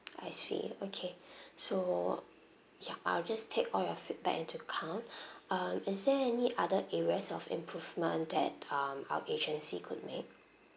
I see okay so ya I'll just take all your feedback into account um is there any other areas of improvement that um our agency could make